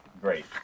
great